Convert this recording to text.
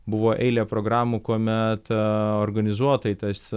buvo eilė programų kuomet organizuotai tas